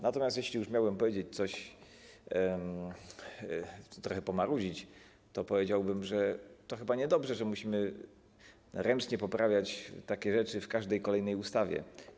Natomiast jeśli już miałbym powiedzieć coś, trochę pomarudzić, to powiedziałbym, że to chyba niedobrze, że musimy ręcznie poprawiać takie rzeczy w każdej kolejnej ustawie.